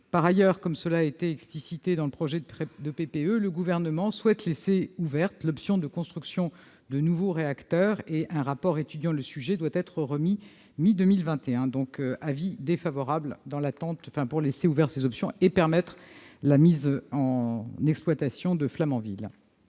Par ailleurs, comme cela a été explicité dans le projet de PPE, le Gouvernement souhaite laisser ouverte l'option de construction de nouveaux réacteurs. Un rapport sur le sujet doit être remis mi-2021. L'avis du Gouvernement est donc défavorable, afin de laisser ouverte cette option et de permettre la mise en exploitation de la centrale